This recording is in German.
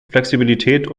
flexibilität